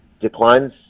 declines